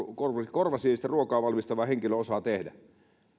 korvasienistä ruokaa valmistava henkilö osaa tehdä